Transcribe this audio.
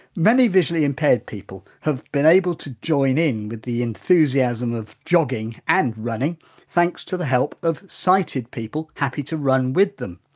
many visually impaired people have been able to join in with the enthusiasm of jogging and running thanks to the help of sighted people happy to run with them.